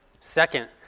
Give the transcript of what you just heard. Second